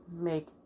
make